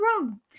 wrong